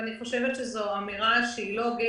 ואני חושבת שזאת אמירה שהיא לא הוגנת